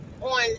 on